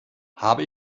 habe